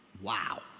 Wow